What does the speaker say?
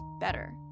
better